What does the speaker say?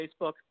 Facebook